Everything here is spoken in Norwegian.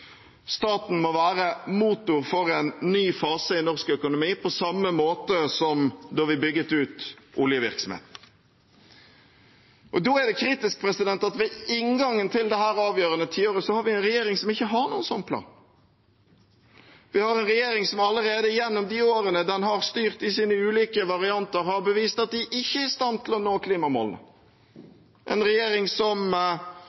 Staten må være motor for en ny fase i norsk økonomi på samme måte som da vi bygget ut oljevirksomheten. Da er det kritisk at ved inngangen til dette avgjørende tiåret har vi en regjering som ikke har en slik plan. Vi har en regjering som allerede gjennom de årene den har styrt, i sine ulike varianter, har bevist at den ikke er i stand til å nå